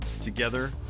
Together